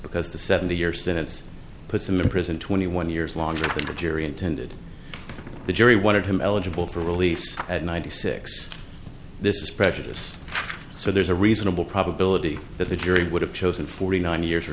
because the seventy year sentence puts him in prison twenty one years longer than the jury intended the jury wanted him eligible for release at ninety six this is prejudice so there's a reasonable probability that the jury would have chosen forty nine years or